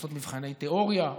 צריכים לעשות מבחני תיאוריה,